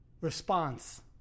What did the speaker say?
response